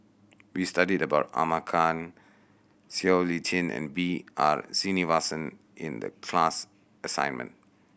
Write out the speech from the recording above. we studied about Ahmad Khan Siow Lee Chin and B R Sreenivasan in the class assignment